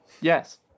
Yes